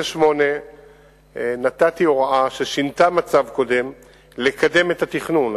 לגבי כביש 38 נתתי הוראה ששינתה מצב קודם לקדם את התכנון.